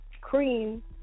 Cream